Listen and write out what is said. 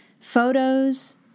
photos